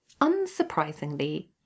Unsurprisingly